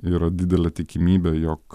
yra didelė tikimybė jog